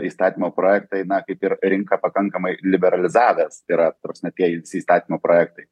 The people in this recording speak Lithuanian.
įstatymo projektai na kaip ir rinka pakankamai liberalizavęs tai yra ta prasme tie visi įstatymo projektai